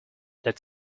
that